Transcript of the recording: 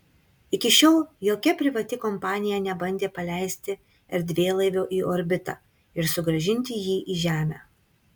iki šiol jokia privati kompanija nebandė paleisti erdvėlaivio į orbitą ir sugrąžinti jį į žemę